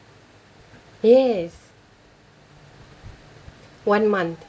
yes one month